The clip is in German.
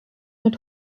mit